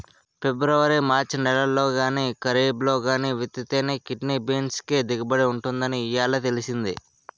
February March నెలల్లో గానీ, కరీబ్లో గానీ విత్తితేనే కిడ్నీ బీన్స్ కి దిగుబడి ఉంటుందని ఇయ్యాలే తెలిసింది